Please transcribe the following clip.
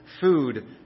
food